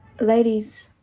Ladies